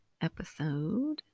episode